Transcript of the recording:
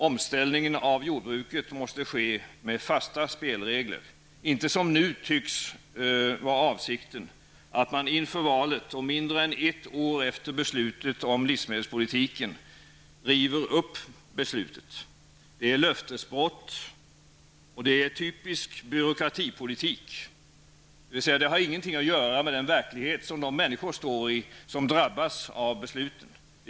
Omställningen av jordbruket måste ske med fasta spelregler, och inte som nu tycks vara avsikten, nämligen att inför valet och mindre än ett år efter beslutet om livsmedelspolitiken riva upp beslutet. Det är löftesbrott, och det är en typisk byråkratipolitik, dvs. det har ingenting att göra med verkligheten för de människor som drabbas av besluten.